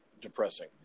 depressing